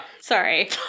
sorry